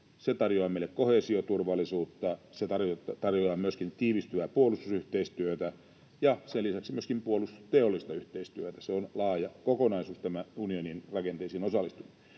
Se tarjoaa meille koheesioturvallisuutta. Se tarjoaa myöskin tiivistyvää puolustusyhteistyötä ja sen lisäksi myöskin puolustusteollista yhteistyötä. Tämä unionin rakenteisiin osallistuminen